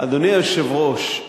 אדוני היושב-ראש,